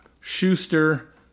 Schuster